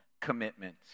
commitment